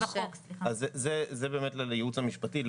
אז זה באמת לייעוץ המשפטי,